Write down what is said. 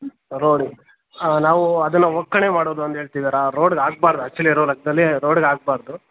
ರೋಡಿ ಹಾಂ ನಾವು ಅದನ್ನು ಒಕ್ಕಣೆ ಮಾಡೋದು ಅಂತ ಹೇಳ್ತೀವಿ ರಾ ರೋಡಿಗೆ ಹಾಕ್ಬಾರದು ಆ್ಯಕ್ಚುಲಿ ಇರೋ ಲೆಕ್ದಲ್ಲಿ ರೋಡಿಗೆ ಹಾಕ್ಬಾರದು